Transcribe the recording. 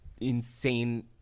insane